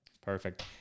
Perfect